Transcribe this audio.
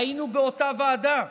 היינו באותה ועדה,